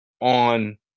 on